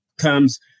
comes